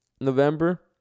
November